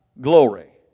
glory